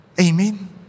Amen